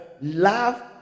love